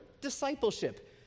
Discipleship